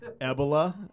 Ebola